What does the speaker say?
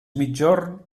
migjorn